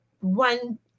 One